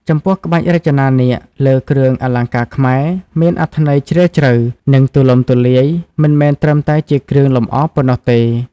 ចំពោះក្បាច់រចនានាគលើគ្រឿងអលង្ការខ្មែរ មានអត្ថន័យជ្រាលជ្រៅ និងទូលំទូលាយ មិនមែនត្រឹមតែជាគ្រឿងលម្អប៉ុណ្ណោះទេ។